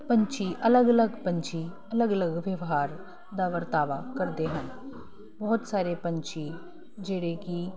ਪੰਛੀ ਅਲੱਗ ਅਲੱਗ ਪੰਛੀ ਅਲੱਗ ਅਲੱਗ ਵਿਵਹਾਰ ਦਾ ਵਰਤਾਵਾ ਕਰਦੇ ਹਨ ਬਹੁਤ ਸਾਰੇ ਪੰਛੀ ਜਿਹੜੇ ਕਿ